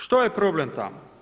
Što je problem tamo?